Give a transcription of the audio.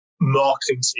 marketing